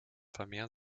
vermehren